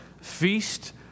Feast